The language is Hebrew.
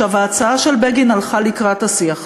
ההצעה של בגין הלכה לקראת השיח הזה,